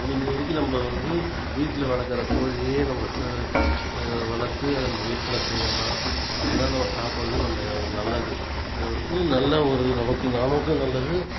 முடிஞ்சவரைக்கும் நம்ம வந்து வீட்டில் வளர்க்குற கோழியே நம்ம சே வளர்த்து நம்ம விற்பனை செய்யலாம் அது தான் நம்ம சாப்பிட்றது நம்ம நல்லது அது வந்து நல்ல ஒரு நமக்கு நமக்கும் நல்லது